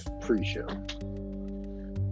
pre-show